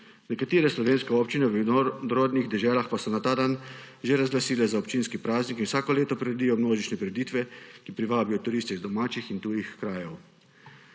Nekatere slovenske občine v vinorodnih deželah pa so ta dan že razglasile za občinski praznik in vsako leto priredijo množične prireditve, ki privabijo turiste iz domačih in tujih krajev.